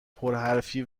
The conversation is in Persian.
پرحرفی